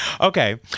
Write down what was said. Okay